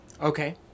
Okay